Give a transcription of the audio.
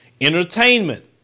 Entertainment